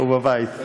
הוא בבית.